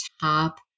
top